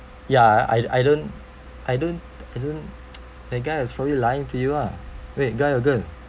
ya I I don't I don't I don't that guy was probably lying to you ah wait guy or girl